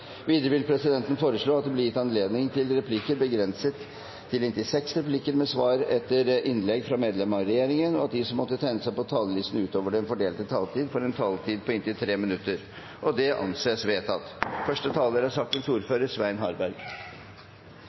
Videre vil presidenten foreslå at det – innenfor den fordelte taletid – blir gitt anledning til replikkordskifte begrenset til seks replikker med svar etter innlegg fra medlemmer av regjeringen, og at de som måtte tegne seg på talerlisten utover den fordelte taletid, får en taletid på inntil 3 minutter. – Det anses vedtatt. Det er